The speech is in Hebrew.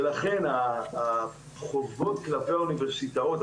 ולכן החובות כלפי האוניברסיטאות,